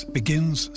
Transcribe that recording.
begins